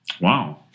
Wow